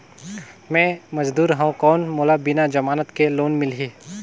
मे मजदूर हवं कौन मोला बिना जमानत के लोन मिलही?